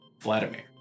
Vladimir